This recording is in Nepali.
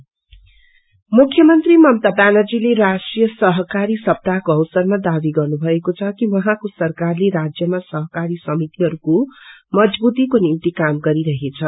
को अपेरेटिम मुख्यमंत्री ममता व्यानर्जीले राष्ट्रिय सहकारी सप्ताहको अवसरमा दावी गर्नुभएको छ कि उहाँको सरकारले राज्यमा सहकारी समितहरूको मजवूतीको निम्ति काम गरिरहेछ